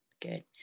Good